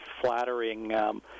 flattering